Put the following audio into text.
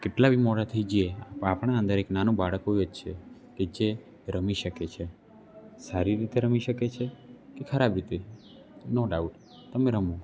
કેટલા બી મોડા થઈ જઈએ પણ આપણા અંદર એક નાનું બાળક હોય જ છે કે જે રમી શકે છે સારી રીતે રમી શકે છે કે ખરાબ રીતે નો ડાઉટ તમે રમો